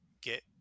get